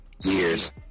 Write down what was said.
years